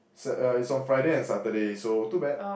it's at ya it's on Friday and Saturday so too bad